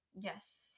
Yes